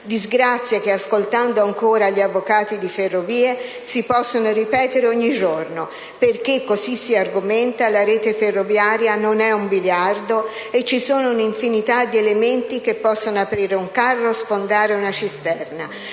disgrazie che, ascoltando ancora gli avvocati di Ferrovie, si possono ripetere ogni giorno perché - così si argomenta - la rete ferroviaria non è un biliardo e ci sono un'infinità di elementi che possono aprire un carro, sfondare una cisterna.